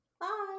Bye